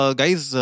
guys